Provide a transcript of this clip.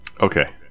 Okay